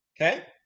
Okay